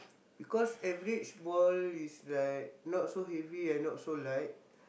because average ball is like not so heavy and not so light